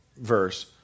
verse